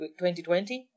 2020